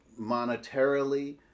monetarily